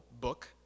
book